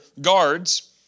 guards